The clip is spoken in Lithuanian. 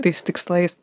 tais tikslais